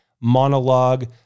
monologue